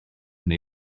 neu